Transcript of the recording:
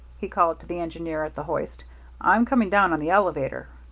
he called to the engineer at the hoist i'm coming down on the elevator.